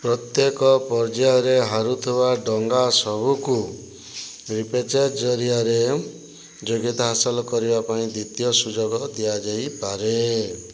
ପ୍ରତ୍ୟେକ ପର୍ଯ୍ୟାୟରେ ହାରୁଥିବା ଡଙ୍ଗା ସବୁକୁ ରିପେଚେଜ ଜରିଆରେ ଯୋଗ୍ୟତା ହାସଲ କରିବା ପାଇଁ ଦ୍ୱିତୀୟ ସୁଯୋଗ ଦିଆଯାଇ ପାରେ